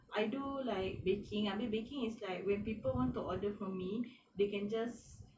I do like baking habis baking is like when people want to order from me they can just